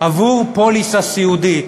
עבור פוליסה סיעודית.